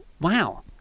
wow